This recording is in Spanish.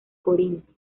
corinto